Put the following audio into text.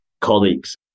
colleagues